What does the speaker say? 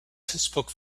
spoke